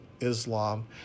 Islam